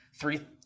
three